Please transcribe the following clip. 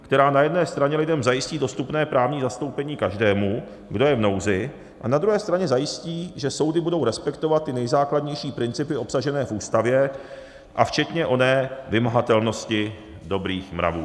Která na jedné straně lidem zajistí dostupné právní zastoupení každému, kdo je v nouzi, a na druhé straně zajistí, že soudy budou respektovat ty nejzákladnější principy obsažené v Ústavě včetně oné vymahatelnosti dobrých mravů.